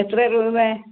എത്രയാണ് രൂപ